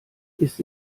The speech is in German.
ist